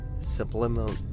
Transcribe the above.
subliminal